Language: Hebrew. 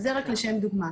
זה רק לשם דוגמה.